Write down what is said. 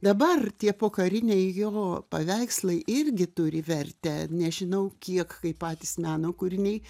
dabar tie pokariniai jo paveikslai irgi turi vertę nežinau kiek kaip patys meno kūriniai